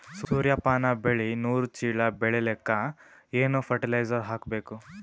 ಸೂರ್ಯಪಾನ ಬೆಳಿ ನೂರು ಚೀಳ ಬೆಳೆಲಿಕ ಏನ ಫರಟಿಲೈಜರ ಹಾಕಬೇಕು?